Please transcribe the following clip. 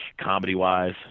comedy-wise